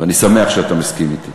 ואני שמח שאתה מסכים אתי.